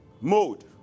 mode